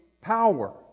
power